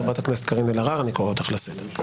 חברת הכנסת קארין אלהרר, אני קורא אותך לסדר.